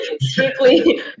Strictly